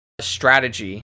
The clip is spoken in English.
strategy